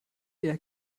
eher